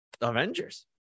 avengers